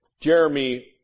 Jeremy